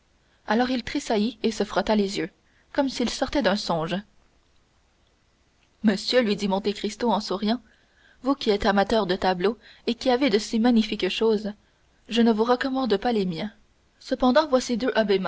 alors il tressaillit et se frotta les yeux comme s'il sortait d'un songe monsieur lui dit monte cristo en souriant vous qui êtes amateur de tableaux et qui avez de si magnifiques choses je ne vous recommande pas les miens cependant voici deux